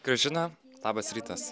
gražina labas rytas